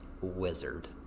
Wizard